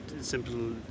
simple